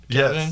Yes